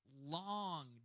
long